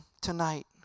tonight